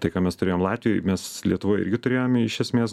tai ką mes turėjom latvijoj mes lietuvoj irgi turėjome iš esmės